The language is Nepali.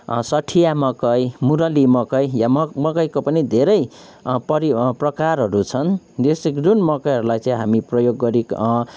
सठिया मकै मुरली मकै या म मकैको पनि धेरै परि प्रकारहरू छन् जस्तो कि जुन मकैहरूलाई चाहिँ हामी प्रयोग गरी